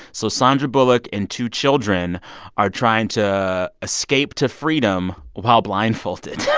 so sandra bullock and two children are trying to escape to freedom while blindfolded. yeah